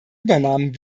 übernahmen